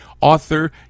author